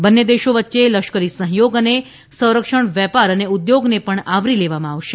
બંને દેશો વચ્ચે લશ્કરી સહયોગ અને સંરક્ષણ વેપાર અને ઉદ્યોગને પણ આવરી લેવામાં આવશે